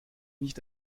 nicht